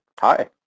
Hi